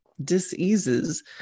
diseases